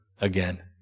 again